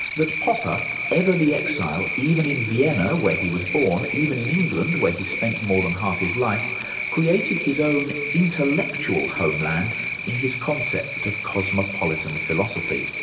that popper ever the exile, even in vienna, where he was born even in england, where he spent more than half his life created his own, intellectual, homeland in his concept of cosmopolitan philosophy.